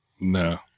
no